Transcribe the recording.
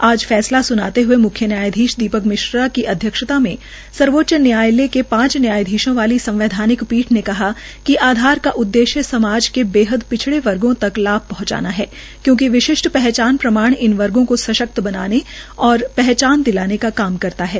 आज फैसला स्नाते हए म्ख्य न्यायाधीश दीपक मिश्रा की अध्यक्षता में सर्वोच्च न्यायालय की पांच न्यायाधीशों वाली संवैधानिक पीठ ने कहा है कि आधार का उद्देश्य समाज के बेहद पिछड़े वर्ग तक लाभ पहंचाना है क्योंकि विशिष्ठ पहचान प्रमाण इन वर्गो को सशक्त बनाने और एक पहचान दिलाने का काम करता है